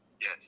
Yes